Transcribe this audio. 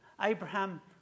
Abraham